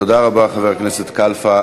תודה רבה, חבר הכנסת כלפה.